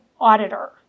auditor